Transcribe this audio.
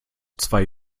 zwei